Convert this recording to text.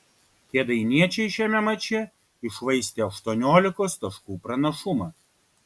kėdainiečiai šiame mače iššvaistė aštuoniolikos taškų pranašumą